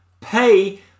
pay